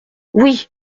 oui